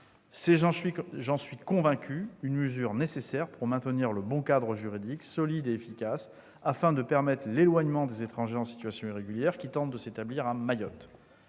j'en suis convaincu, une mesure nécessaire pour maintenir un bon cadre juridique, solide et efficace, afin de permettre l'éloignement des étrangers en situation irrégulière qui tentent de s'établir à Mayotte.